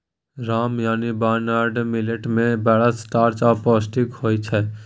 साम यानी barnyard millet मे बड़ स्टार्च आ पौष्टिक होइ छै